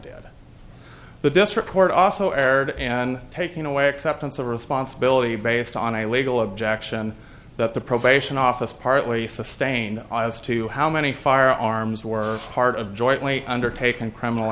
dad but this report also aired and taking away acceptance of responsibility based on a legal objection that the probation office partly sustained as to how many firearms were part of jointly undertaken criminal